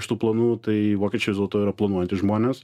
iš tų planų tai vokiečiai vis dėl to yra planuojantys žmonės